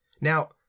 Now